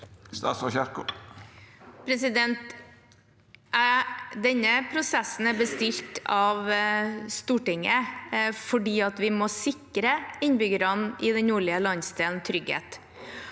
Ingvild Kjerkol Denne proses- sen er bestilt av Stortinget fordi vi må sikre innbyggerne i den nordlige landsdelen trygghet.